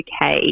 uk